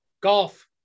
golf